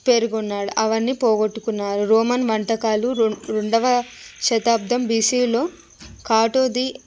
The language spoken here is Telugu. పేరుగొన్నాడు అవన్నీ పోగొట్టుకున్నారు రోమన్ వంటకాలు రొ రొండవ శతాబ్దం బీసీలో కాటో ది